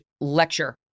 lecture